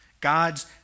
God's